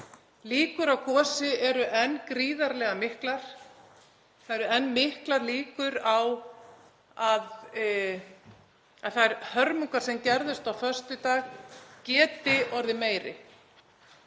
Líkur á gosi eru enn gríðarlega miklar. Það eru enn miklar líkur á að þær hörmungar sem gerðust á föstudag geti orðið meiri.